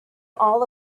all